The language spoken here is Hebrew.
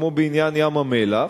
כמו בעניין ים-המלח,